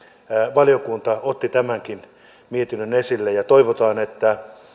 valiokunta otti tämänkin mietinnön esille ja toivotaan että